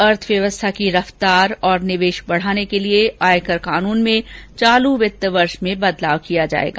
अर्थव्यवस्था की रफ्तार और निवेश बढाने के लिए आयकर काननू में चालू वित्त वर्ष से बदलाव किया जायेगा